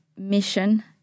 mission